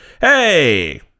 Hey